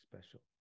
special